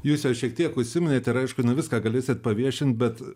jūs jau šiek tiek užsiminėt ir aišku ne viską galėsit paviešint bet